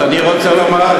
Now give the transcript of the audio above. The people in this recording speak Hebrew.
אז אני רוצה לומר,